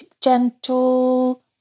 gentle